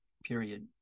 Period